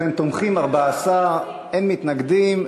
תומכים, 14, אין מתנגדים.